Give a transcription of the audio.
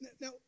Now